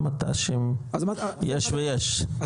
יש ויש,